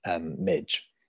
midge